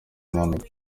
impanuka